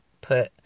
put